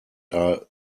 are